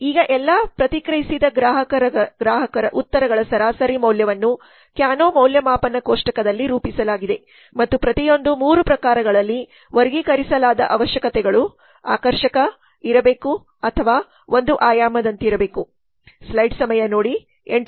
ಈಗ ಎಲ್ಲಾ ಪ್ರತಿಕ್ರಿಯಿಸಿದ ಗ್ರಾಹಕರ ಉತ್ತರಗಳ ಸರಾಸರಿ ಮೌಲ್ಯವನ್ನು ಕ್ಯಾನೊ ಮೌಲ್ಯಮಾಪನ ಕೋಷ್ಟಕದಲ್ಲಿ ರೂಪಿಸಲಾಗಿದೆ ಮತ್ತು ಪ್ರತಿಯೊಂದು 3 ಪ್ರಕಾರಗಳಲ್ಲಿ ವರ್ಗೀಕರಿಸಲಾದ ಅವಶ್ಯಕತೆಗಳು ಆಕರ್ಷಕ ಇರಬೇಕು ಅಥವಾ ಒಂದು ಆಯಾಮದಂತಿರಬೇಕು